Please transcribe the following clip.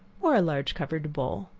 or a large covered bowl.